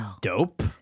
Dope